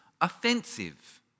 offensive